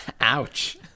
Ouch